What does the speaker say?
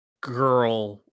Girl